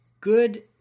good